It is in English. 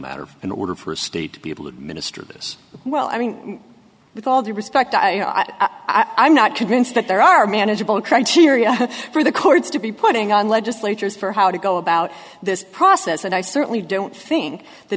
matter in order for a state people administer this well i mean with all due respect i am not convinced that there are manageable criteria for the courts to be putting on legislatures for how to go about this process and i certainly don't think that